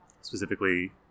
specifically